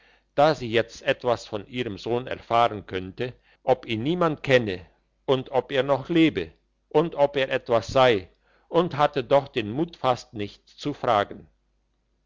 da sie jetzt etwas von ihrem sohn erfahren könnte ob ihn niemand kenne und ob er noch lebe und ob er etwas sei und hatte doch den mut fast nicht zu fragen